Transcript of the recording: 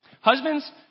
husbands